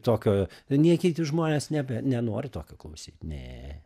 tokio nei kiti žmonės nebe nenori tokio klausyt ne